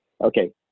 Okay